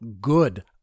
good